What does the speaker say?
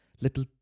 little